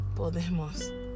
Podemos